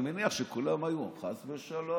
אני מניח שכולם היו: חס ושלום,